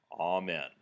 Amen